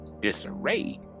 disarray